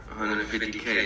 150k